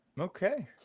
Okay